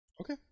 Okay